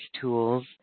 tools